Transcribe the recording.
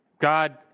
God